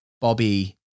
Bobby